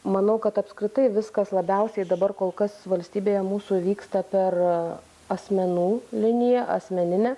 manau kad apskritai viskas labiausiai dabar kol kas valstybėje mūsų vyksta per asmenų liniją asmeninę